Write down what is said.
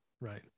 Right